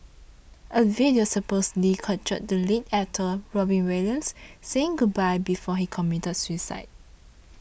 a video supposedly captured the late actor Robin Williams saying goodbye before he committed suicide